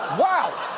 wow,